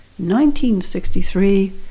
1963